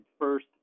first